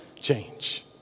change